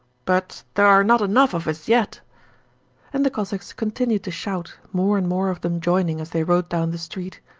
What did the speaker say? but there are not enough of us yet and the cossacks continued to shout, more and more of them joining as they rode down the street.